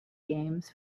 games